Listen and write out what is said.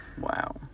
Wow